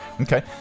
Okay